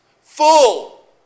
Full